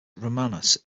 romanus